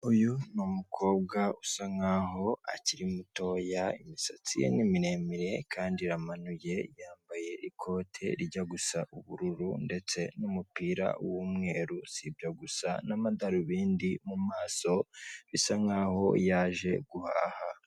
Uyu ni umukobwa usa nk'aho akiri mutoya imisatsi ye ni miremire kandi iramanuye yambaye ikote rijya gusa ubururu ndetse n'umupira w'umweru, sibyo gusa, n'amadarobindi mu maso bisa nk'aho yaje guhaha.